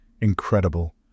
Incredible